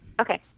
Okay